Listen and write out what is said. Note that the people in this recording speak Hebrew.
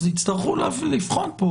יצטרכו לבחון.